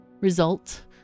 Result